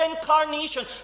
incarnation